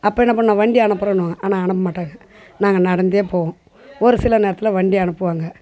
அப்போ என்ன பண்ணுவாங்க வண்டி அனுப்புறேன்னுவாங்க ஆனால் அனுப்ப மாட்டாங்க நாங்கள் நடந்தே போவோம் ஒரு சில நேரத்தில் வண்டி அனுப்புவாங்க